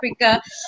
Africa